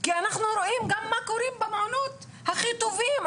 כי אנחנו רואים גם מה קורה במעונות הכי טובים,